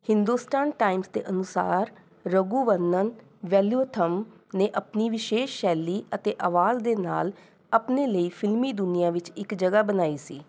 Hindustan Times ਦੇ ਅਨੁਸਾਰ ਰਘੁਵਰਨਨ ਵੈਲੂਥਮ ਨੇ ਆਪਣੀ ਵਿਸ਼ੇਸ਼ ਸ਼ੈਲੀ ਅਤੇ ਆਵਾਜ਼ ਦੇ ਨਾਲ ਆਪਣੇ ਲਈ ਫ਼ਿਲਮੀ ਦੁਨੀਆਂ ਵਿੱਚ ਇੱਕ ਜਗ੍ਹਾ ਬਣਾਈ ਸੀ